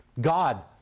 God